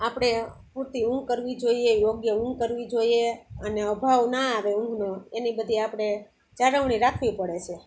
આપણે પૂરતી ઊંઘ કરવી જોઈએ યોગ્ય ઊંઘ કરવી જોઈએ અને અભાવ ના આવે ઊંઘનો એની બધી આપણે જાળવણી રાખવી પડે છે